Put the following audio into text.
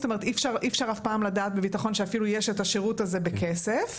אי אפשר אף פעם לדעת בביטחון שאפילו יש את השירות הזה בכסף.